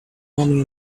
mommy